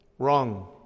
Wrong